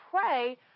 pray